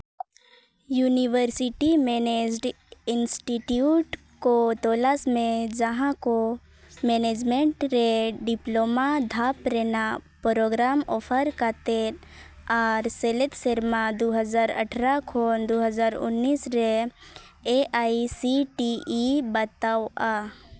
university managed institute ᱠᱚ ᱛᱚᱞᱟᱥ ᱢᱮ ᱡᱟᱦᱟᱸ ᱠᱚ ᱢᱮᱱᱮᱡᱽᱢᱮᱱᱴ ᱨᱮ ᱰᱤᱯᱞᱳᱢᱟ ᱫᱷᱟᱯ ᱨᱮᱱᱟᱜ ᱯᱨᱳᱜᱨᱟᱢ ᱚᱯᱷᱟᱨ ᱠᱟᱛᱮᱫ ᱟᱨ ᱥᱮᱞᱮᱫ ᱥᱮᱨᱢᱟ ᱫᱩ ᱟᱴᱷᱨᱚ ᱠᱷᱚᱱ ᱫᱩ ᱦᱟᱡᱟᱨ ᱩᱱᱱᱤᱥ ᱨᱮ A I C T E ᱵᱟᱛᱟᱣᱼᱟ